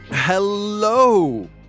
Hello